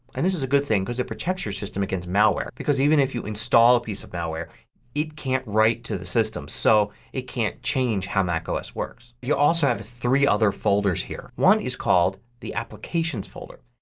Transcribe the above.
and is a good thing because it protects your system against malware because even if you install a piece of malware it can't write to the system. so it can't change how macos works. you also have three other folders here. one is called the applications folder.